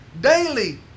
daily